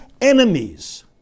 enemies